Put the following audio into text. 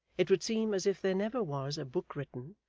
it would seem as if there never was a book written,